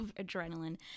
adrenaline